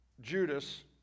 Judas